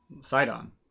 Sidon